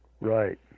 Right